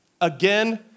again